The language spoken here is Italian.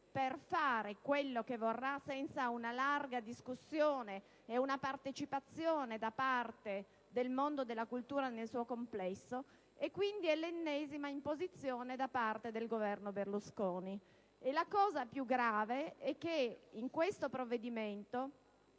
per fare quel che vorrà, senza una larga discussione e una partecipazione da parte del mondo della cultura nel suo complesso, e quindi è l'ennesima imposizione da parte del Governo Berlusconi. [**Presidenza della vice presidente